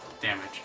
Damage